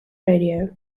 radio